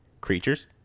creatures